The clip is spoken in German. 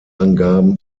angaben